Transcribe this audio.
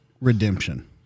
redemption